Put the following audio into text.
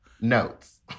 notes